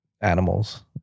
animals